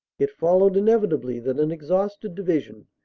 it followed inevitably that an exhausted division,